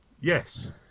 Yes